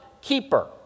keeper